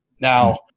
now